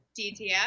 DTF